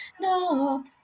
No